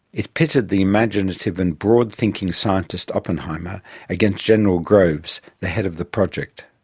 it pitted the imaginative and broad-thinking scientist oppenheimer against general groves, the head of the project.